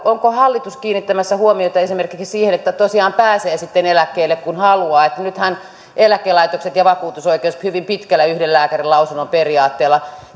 onko hallitus kiinnittämässä huomiota esimerkiksi siihen että tosiaan pääsee eläkkeelle sitten kun haluaa nythän eläkelaitokset ja vakuutusoikeus hyvin pitkälle yhden lääkärin lausunnon periaatteella